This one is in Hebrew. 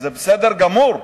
זה בסדר גמור,